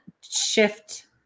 shift